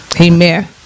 Amen